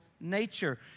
nature